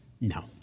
No